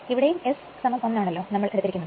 ഇവിടെയും S 1 ആണലോ നമ്മൾ എടുത്തിരിക്കുന്നത്